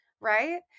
right